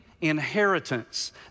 inheritance